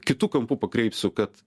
kitu kampu pakreipsiu kad